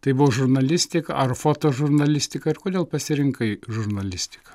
tai buvo žurnalistika ar fotožurnalistika ir kodėl pasirinkai žurnalistiką